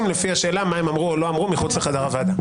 לפי מה שאמרו או לא אמרו מחוץ לחדר הוועדה.